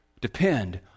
Depend